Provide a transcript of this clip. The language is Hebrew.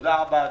תודה רבה אדוני.